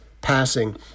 passing